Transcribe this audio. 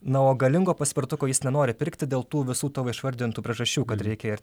na o galingo paspirtuko jis nenori pirkti dėl tų visų tavo išvardintų priežasčių reikia ir